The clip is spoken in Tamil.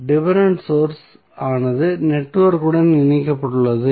டிபென்டென்ட் சோர்ஸ் ஆனது நெட்வொர்க்குடன் இணைக்கப்பட்டுள்ளது